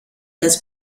des